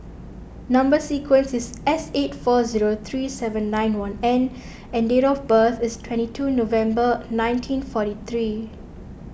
Number Sequence is S eight four zero three seven nine one N and date of birth is twenty two November nineteen forty three